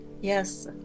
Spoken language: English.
Yes